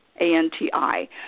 A-N-T-I